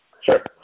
Sure